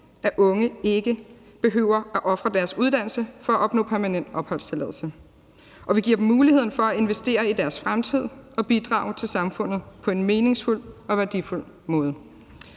at unge ikke behøver at ofre deres uddannelse for at opnå permanent opholdstilladelse, og vi giver dem muligheden for at investere i deres fremtid og bidrage til samfundet på en meningsfuld og værdifuld måde.